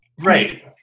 right